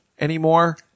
anymore